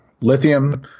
lithium